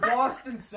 Boston